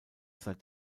seit